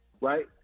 right